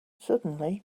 suddenly